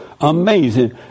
Amazing